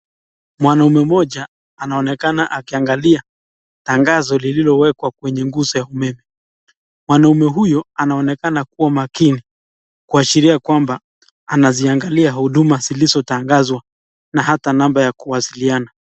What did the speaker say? Mwanaume moja anaonekana akiangalia tangazo lililowekwa kwenye nguzi ya umeme, mwanaume huyu ,anaonekana kuwa makini, kuashiria kwamba anaziangalia huduma zilizotangazwa na hata namba ya kuwasiliana.